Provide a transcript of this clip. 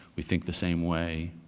we think the same way.